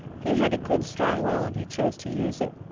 he had a good strong will when he chose to use it,